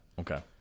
Okay